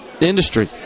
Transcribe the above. industry